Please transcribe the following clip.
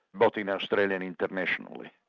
both in australia and internationally.